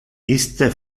iste